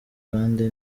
kandi